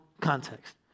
context